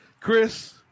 Chris